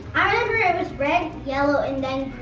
i remember it was red, yellow, and then